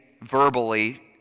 verbally